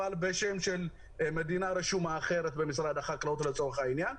אבל בשם של מדינה רשומה אחרת במשרד החקלאות לצורך העניין.